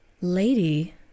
Lady